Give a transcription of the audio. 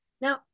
Now